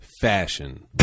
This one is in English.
Fashion